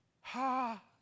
ha